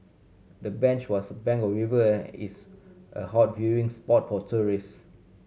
the bench was bank a river is a hot viewing spot for tourist